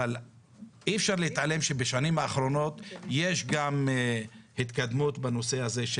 אבל אי אפשר להתעלם שבשנים האחרונות יש גם התקדמות בנושא הזה,